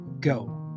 Go